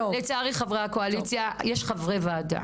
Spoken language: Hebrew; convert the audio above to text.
יש חברי ועדה.